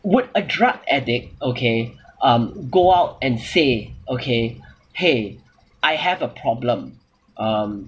would a drug addict okay um go out and say okay !hey! I have a problem um